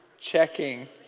checking